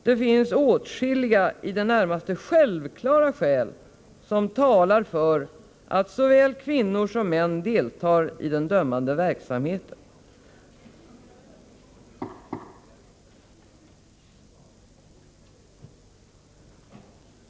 Det finns åtskilliga, i det närmaste självklara skäl som talar för att såväl kvinnor som män skall delta i den dömande verksamheten.